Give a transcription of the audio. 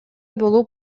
болуп